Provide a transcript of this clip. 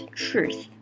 truth